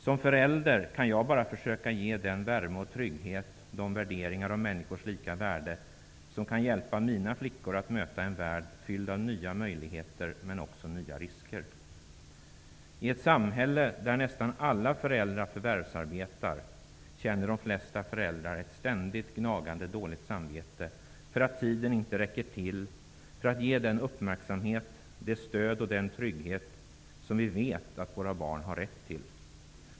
Som förälder kan jag bara försöka ge den värme och trygghet och de värderingar om mäniskors lika värde som kan hjälpa mina flickor att möta en värld fylld av nya möjligheter men också nya risker. I ett samhälle där nästan alla föräldrar förvärvsarbetar känner de flesta föräldrar ett ständigt gnagande dåligt samvete för att tiden inte räcker till för att ge den uppmärksamhet, det stöd och den trygghet som vi vet att våra barn har rätt till.